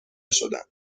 شدند